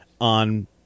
on